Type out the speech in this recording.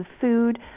food